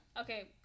Okay